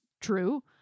True